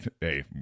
hey